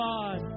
God